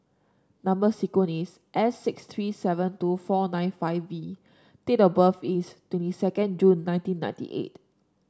number sequence is S six three seven two four nine five V date of birth is twenty second June nineteen ninety eight